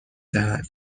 دهد